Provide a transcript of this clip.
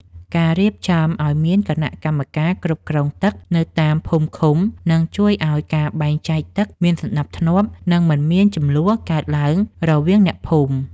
ការរៀបចំឱ្យមានគណៈកម្មការគ្រប់គ្រងទឹកនៅតាមភូមិឃុំនឹងជួយឱ្យការបែងចែកទឹកមានសណ្តាប់ធ្នាប់ និងមិនមានជម្លោះកើតឡើងរវាងអ្នកភូមិ។